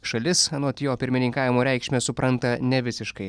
šalis anot jo pirmininkavimo reikšmę supranta ne visiškai